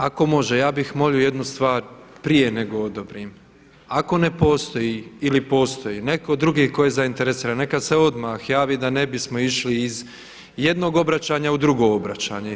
Ako može, ja bih molio jednu stvar prije nego odobrim, ako ne postoji ili postoji netko drugi tko je zainteresiran neka se odmah javi da ne bismo išli iz jednog obraćanja u drugo obraćanje.